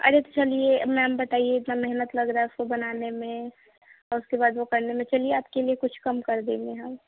अरे चलिए मैम बताइए इतना मेहनत लग रहा है इसको बनाने में और उसके बाद वह करने में चलिए आपके लिए कुछ कम कर देंगे हम